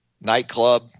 nightclub